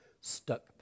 stuck